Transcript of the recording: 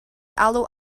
alw